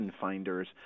finders